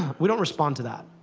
we don't respond to that.